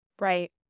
Right